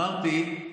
אמרתי,